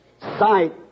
sight